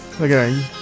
Okay